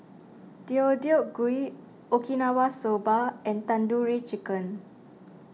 Deodeok Gui Okinawa Soba and Tandoori Chicken